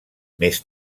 més